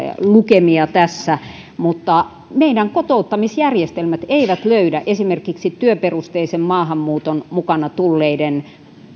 lukemia tässä mutta meidän kotouttamisjärjestelmät eivät löydä esimerkiksi työperusteisen maahanmuuton mukana tulleiden